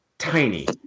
tiny